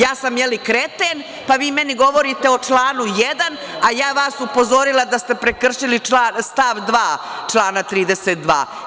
Ja sam, je li, kreten, pa vi meni govorite o stavu 1, a ja sam vas upozorila da ste prekršili stav 2. člana 32.